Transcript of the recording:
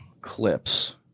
clips